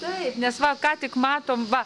taip nes va ką tik matom va